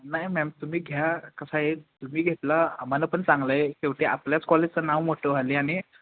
नाही मॅम तुम्ही घ्या कसं आहे तुम्ही घेतला आम्हाला पण चांगलं आहे शेवटी आपल्याचं कॉलेजच नाव मोठं व्हायला आणि